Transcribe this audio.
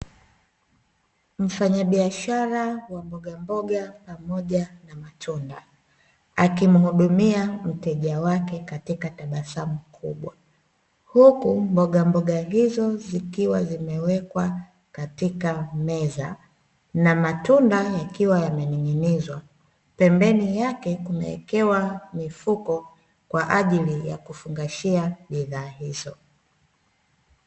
Mfanyabiashara wa mbogamboga pamoja na matunda akimhudumia mteja wake katika tabasamu kubwa huku mbogamboga hizo zikiwa zimewekwa katika meza, na matunda yakiwa yamening'inizwa. Pembeni yake kumeekewa mifuko kwa ajili ya kufungashia bidhaa hizo.